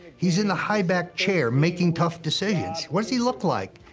he's in the high-back chair making tough decisions. what does he look like?